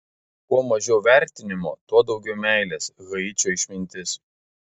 kuo mažiau vertinimo tuo daugiau meilės haičio išmintis